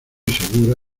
segura